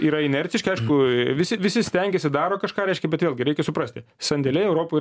yra inerciški aišku visi visi stengiasi daro kažką reiškia bet vėlgi reikia suprasti sandėliai europoj